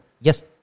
Yes